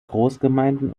großgemeinden